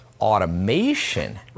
automation